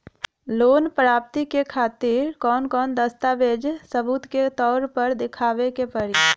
Loan प्राप्ति के खातिर कौन कौन दस्तावेज सबूत के तौर पर देखावे परी?